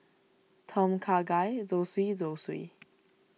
Tom Kha Gai Zosui Zosui